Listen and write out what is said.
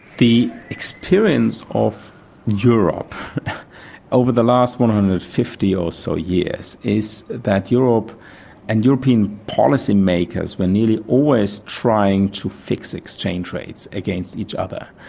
the experience of europe over the last one hundred and fifty or so years is that europe and european policymakers were nearly always trying to fix exchange rates against each other.